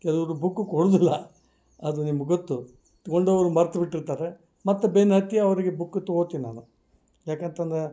ಕೆಲವರು ಬುಕ್ಕು ಕೊಡುವುದಿಲ್ಲ ಅದು ನಿಮ್ಗೆ ಗೊತ್ತು ತಗೊಂಡವರು ಮರ್ತು ಬಿಟ್ಟಿರ್ತಾರೆ ಮತ್ತೆ ಬೆನ್ನತ್ತಿ ಅವರಿಗೆ ಬುಕ್ ತಗೊತೀನಿ ನಾನು ಯಾಕಂತಂದ್ರೆ